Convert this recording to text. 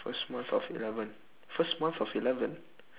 first month of eleven first month of eleven